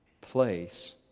place